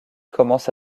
commence